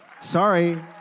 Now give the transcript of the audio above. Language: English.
Sorry